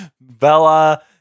Bella